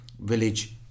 village